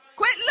Quit